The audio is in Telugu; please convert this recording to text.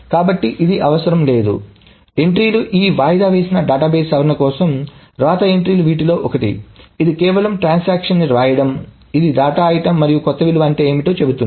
కాబట్టి ఇది అవసరం లేదు కాబట్టి ఎంట్రీలు ఈ వాయిదా వేసిన డేటాబేస్ సవరణ కోసం వ్రాత ఎంట్రీలు వీటిలో ఒకటి ఇది కేవలం ట్రాన్సాక్షన్ ని వ్రాయడం ఇది డేటా ఐటెమ్ మరియు కొత్త విలువ అంటే ఏమిటో చెబుతుంది